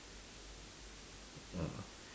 ah